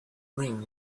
ring